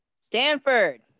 Stanford